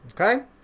okay